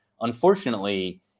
unfortunately